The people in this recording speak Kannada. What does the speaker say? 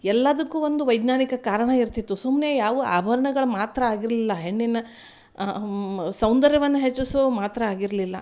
ಎಲ್ಲದಕ್ಕು ಒಂದು ವೈಜ್ಞಾನಿಕ ಕಾರಣ ಇರ್ತಿತ್ತು ಸುಮ್ಮನೆ ಯಾವು ಆಭರ್ಣಗಳು ಮಾತ್ರ ಆಗಿರಲಿಲ್ಲ ಹೆಣ್ಣಿನ ಸೌಂದರ್ಯವನ್ನು ಹೆಚ್ಚಿಸೋ ಮಾತ್ರ ಆಗಿರಲಿಲ್ಲ